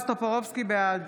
בעד